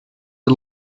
the